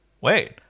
wait